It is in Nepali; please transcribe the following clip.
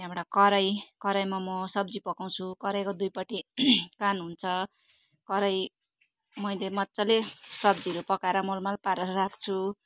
त्यहाँबाट कराही कराहीमा म सब्जी पकाउँछु कराहीको दुईपट्टि कान हुन्छ कराही मैले मजाले सब्जीहरू पकाएर मोलमाल पारेर राख्छु